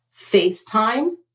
FaceTime